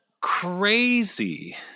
crazy